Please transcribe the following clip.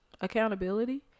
Accountability